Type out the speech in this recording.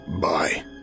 Bye